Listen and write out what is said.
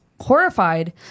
horrified